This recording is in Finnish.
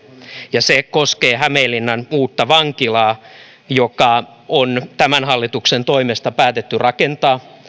ja se koskee hämeenlinnan uutta vankilaa joka on tämän hallituksen toimesta päätetty rakentaa